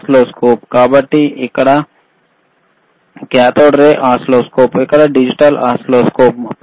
oscilloscope కాబట్టి ఇక్కడ cathode oscilloscope ఇక్కడ డిజిటల్ ఓసిల్లోస్కోప్లు ఉన్నాయి